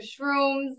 shrooms